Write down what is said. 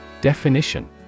Definition